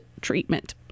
treatment